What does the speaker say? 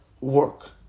work